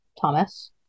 Thomas